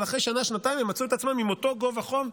אבל אחרי שנה-שנתיים הם מצאו את עצמם עם אותו גובה חוב.